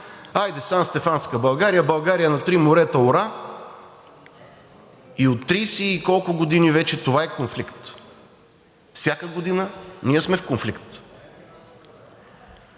хайде Санстефанска България, България на три морета, ура! От 30 и колко години вече това е конфликт, всяка година ние сме в конфликт.